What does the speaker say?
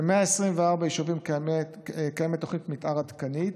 ל-124 יישובים קיימת תוכנית מתאר עדכנית,